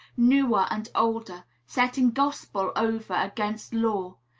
newer and older setting gospel over against law,